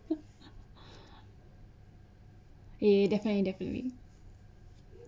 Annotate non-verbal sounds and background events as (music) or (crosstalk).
(laughs) ya definitely definitely